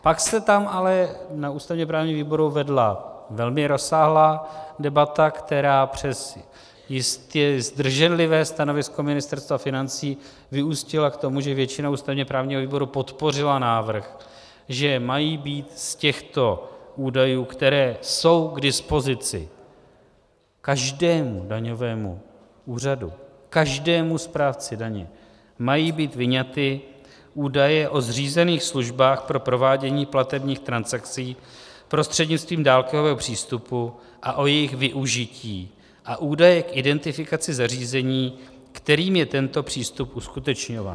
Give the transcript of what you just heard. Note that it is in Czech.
Pak se ale na ústavněprávním výboru vedla velmi rozsáhlá debata, která přes jistě zdrženlivé stanovisko Ministerstva financí vyústila k tomu, že většina ústavněprávního výboru podpořila návrh, že mají být z těchto údajů, které jsou k dispozici každému daňovému úřadu, každému správci daně, mají být vyňaty údaje o zřízených službách pro provádění platebních transakcí prostřednictvím dálkového přístupu a o jejich využití a údaje k identifikaci zařízení, kterým je tento přístup uskutečňován.